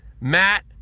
Matt